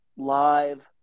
live